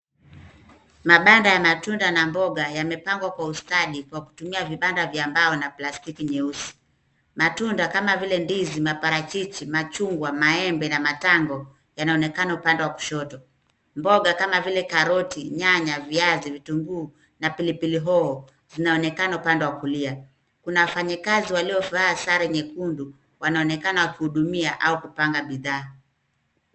Mabanda ya matunda na mboga yamepangwa kwa ustadi kwa kutumia vibanda vya mbao na plastiki nyeusi. Matunda kama vile ndizi, maparachichi, machungwa, maembe na matango yanaonekana upande wa kushoto. Mboga kama vile karoti, nyanya, viazi, vitunguu na pilipili hoho zinaonekana upande wa kulia. Kuna wafanyikazi waliovaa sare nyekundu, wanaonekana wakihudumia au kupanga bidhaa.